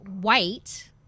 white